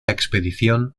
expedición